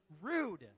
rude